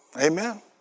amen